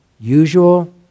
usual